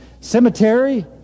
Cemetery